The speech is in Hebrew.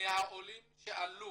מהעולים שעלו